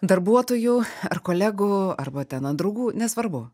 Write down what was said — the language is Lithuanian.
darbuotojų ar kolegų arba ten ant draugų nesvarbu